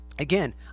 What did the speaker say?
Again